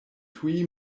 tuj